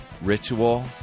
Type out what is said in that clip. ritual